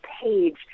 page